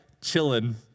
chilling